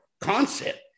concept